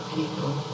people